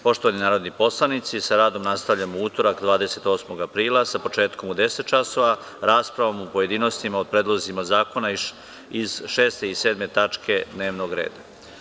Poštovani narodni poslanici, sa radom nastavljamo u utorak 28. aprila, sa početkom u 10.00 časova, raspravom u pojedinostima o predlozima zakona iz 6. i 7. tačke dnevnog reda.